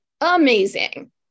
amazing